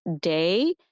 Day